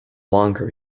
longer